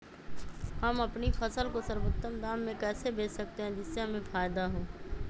हम अपनी फसल को सर्वोत्तम दाम में कैसे बेच सकते हैं जिससे हमें फायदा हो?